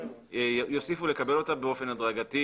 יוסיפו לקבלה באופן הדרגתי